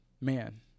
man